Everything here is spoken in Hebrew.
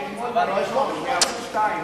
בערוץ-2,